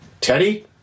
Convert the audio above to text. Teddy